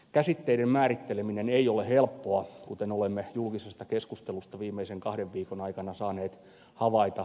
käsitteiden määritteleminen ei ole helppoa kuten olemme julkisesta keskustelusta viimeisen kahden viikon aikana saaneet havaita